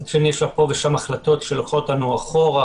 מצד שני יש לה פה ושם החלטות שלוקחות אותנו אחורה,